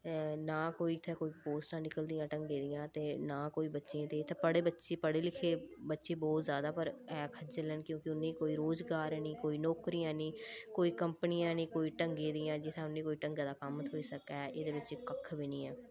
ते नां कोई इत्थें कोई पोस्टां निकलदियां ढंगै दियां ते नां कोई बच्चें ते इत्थै बड़े बच्चे पढ़े लिखे बच्चे बोह्त ज्यादा पर ऐ खज्जल हैन क्योंकि उ'नेंई कोई रोजगार नेईं कोई नौकरियां नेईं कोई कंपनियां नी कोई ढंगै दियां जित्थै उ'नेंगी कोई ढंगा दा कोई कम्म थ्होई सकै एह्दे बिच्च कक्ख बी नी ऐ